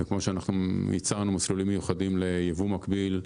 וכמו שאנחנו יצרנו מסלולים מיוחדים לייבוא מקביל,